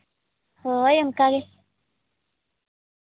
ᱦᱳᱭ ᱚᱱᱠᱟ ᱜᱮ